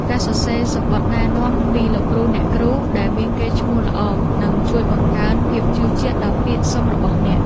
ការសរសេរសំបុត្រណែនាំពីលោកគ្រូអ្នកគ្រូដែលមានកេរ្តិ៍ឈ្មោះល្អនឹងជួយបង្កើនភាពជឿជាក់ដល់ពាក្យសុំរបស់អ្នក។